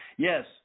Yes